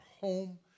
home